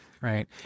right